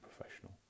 professional